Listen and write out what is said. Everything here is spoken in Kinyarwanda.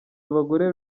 abagore